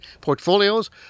portfolios